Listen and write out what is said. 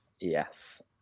Yes